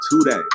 today